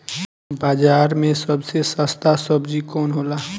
बाजार मे सबसे सस्ता सबजी कौन होला?